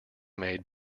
made